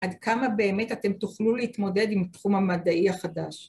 ‫עד כמה באמת אתם תוכלו להתמודד ‫עם התחום המדעי החדש?